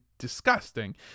disgusting